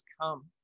come